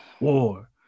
War